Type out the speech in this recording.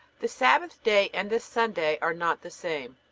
the sabbath day and the sunday are not the same.